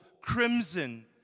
crimson